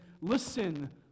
listen